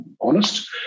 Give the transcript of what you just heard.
honest